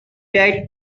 that